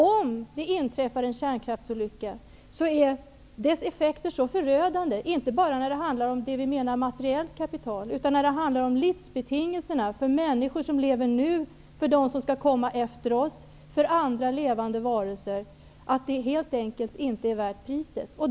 Om det inträffar en kärnkraftsolycka, blir effekterna så förödande inte bara för materiellt kapital utan även för livsbetingelserna för de människor som lever nu och för dem som skall komma efter oss liksom för andra levande varelser, att det helt enkelt inte är värt priset.